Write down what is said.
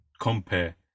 compare